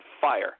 fire